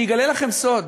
אני אגלה לכם סוד: